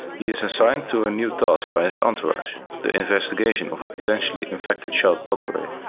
he is assigned to a new task by his entourage the investigation of potentially-infected child autoreiv.